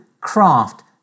craft